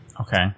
Okay